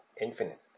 infinite